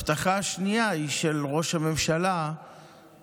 ההבטחה השנייה היא של ראש הממשלה ושל